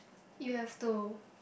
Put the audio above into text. you have to